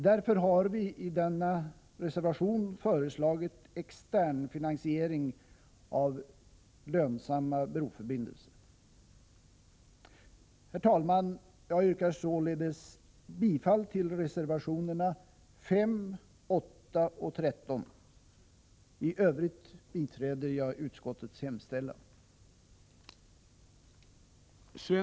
Därför har vi i denna reservation föreslagit externfinansiering av lönsamma broförbindelser. Herr talman! Jag yrkar således bifall till reservationerna 5, 8 och 13. I Övrigt biträder jag utskottets hemställan.